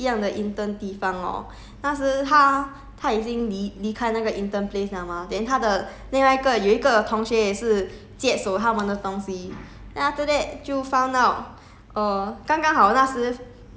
err 他他的朋友 hor 跟他在 intern 的地方一样的 intern 地方 hor 那时他他已经离离开那个 intern place liao mah then 他的另外一个有一个同学也是接手他们的东西